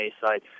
side